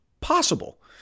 possible